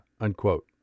unquote